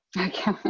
Okay